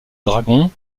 dragon